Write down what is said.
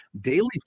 Daily